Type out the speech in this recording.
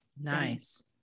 Nice